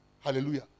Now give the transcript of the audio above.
Hallelujah